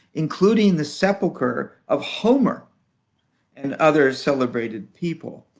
including the sepulcher of homer and other celebrated people,